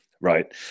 right